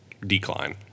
decline